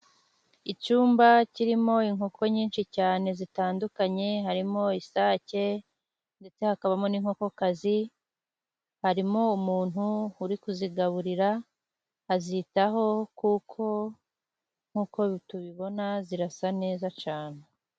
Icyumba kirimo inkoko nyinshi cyane zitandukanye harimo isake ndetse hakabamo n'inkoko kazi, harimo umuntu uri kuzigaburira azitaho nkuko tubibona zirasa neza cyane.